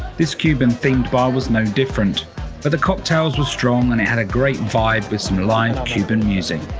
this cuban themed bar was no different but the cocktails were strong and it had a great vibe with some live cuban music.